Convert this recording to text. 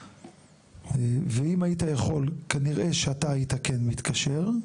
ואם היית יכול כנראה שהיית מתקשר.